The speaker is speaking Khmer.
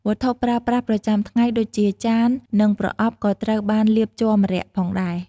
វត្ថុប្រើប្រាស់ប្រចាំថ្ងៃដូចជា ចាន និងប្រអប់ក៏ត្រូវបានលាបជ័រម្រ័ក្សណ៍ផងដែរ។